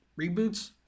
reboots